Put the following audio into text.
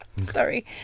sorry